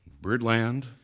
Birdland